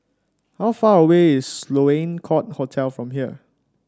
how far away is Sloane Court Hotel from here